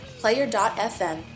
Player.fm